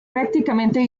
prácticamente